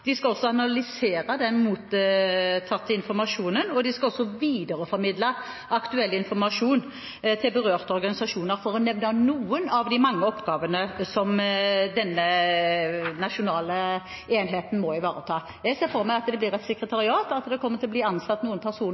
de skal også videreformidle aktuell informasjon til berørte organisasjoner, for å nevne noen av de mange oppgavene som denne nasjonale enheten må ivareta. Jeg ser for meg at det blir et sekretariat, at det kommer til å bli ansatt noen personer